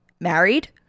married